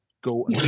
Go